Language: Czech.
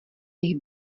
nich